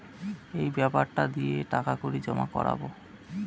এই বেপারটা দিয়ে টাকা কড়ি জমা করাবো